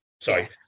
Sorry